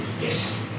Yes